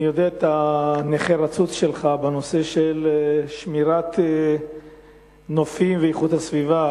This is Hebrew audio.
אני מכיר את הנחרצות שלך בנושא שמירת נופים ואיכות הסביבה.